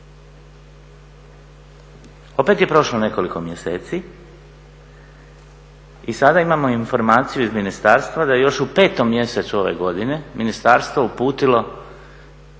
Opet je prošlo nekoliko mjeseci i sada imamo informaciju iz ministarstva da je još u petom mjesecu ove godine ministarstvo uputilo